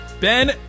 Ben